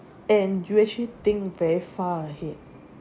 and you actually think very far ahead